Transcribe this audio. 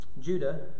Judah